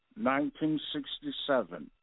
1967